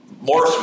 more